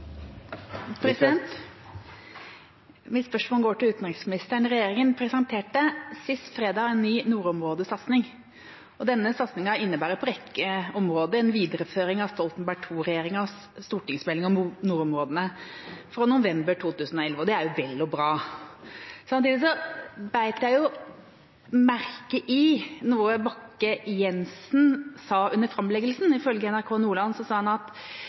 Mitt spørsmål går til utenriksministeren. Regjeringa presenterte sist fredag en ny nordområdesatsing. Denne satsingen innebærer på en rekke områder en videreføring av Stoltenberg II-regjeringas stortingsmelding om nordområdene fra november 2011 – og det er jo vel og bra. Samtidig beit jeg meg merke i noe statsråd Bakke-Jensen sa under framleggelsen. Ifølge NRK Nordland sa han at